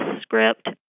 script